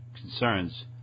concerns –